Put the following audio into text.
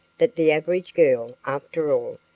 that the average girl, after all,